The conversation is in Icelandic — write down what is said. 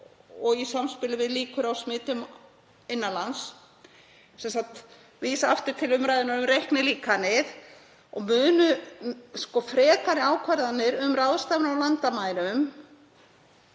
í samspili við líkur á smitum innan lands, sem sagt vísa aftur til umræðunnar um reiknilíkanið. Munu frekari ákvarðanir um ráðstafanir á landamærum